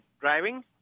driving